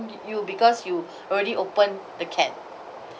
you because you already open the can